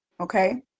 Okay